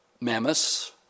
mammoths